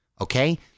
okay